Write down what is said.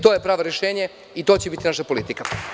To je pravo rešenje i to će biti naša politika.